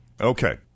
Okay